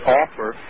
offer